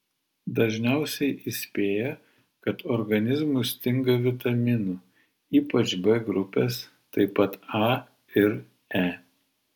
dažniausiai įspėja kad organizmui stinga vitaminų ypač b grupės taip pat a ir e